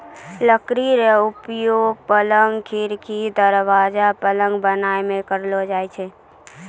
लकड़ी रो उपयोगक, पलंग, खिड़की, दरबाजा, पलंग बनाय मे करलो जाय छै